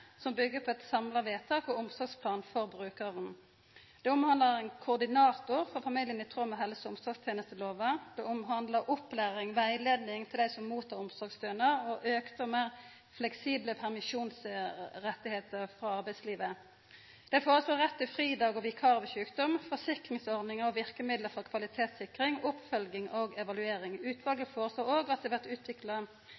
som byggjer på eit samla vedtak og ein omsorgsplan for brukaren. Det omhandlar ein koordinator for familien i tråd med helse- og omsorgstenestelova. Det omhandlar opplæring, rådgjeving til dei som mottek omsorgsstønad, og auka og meir fleksible permisjonsrettar frå arbeidslivet. Dei foreslår rett til fridag og vikar ved sjukdom, forsikringsordningar og verkemiddel for kvalitetssikring, oppfølging og evaluering.